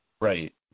Right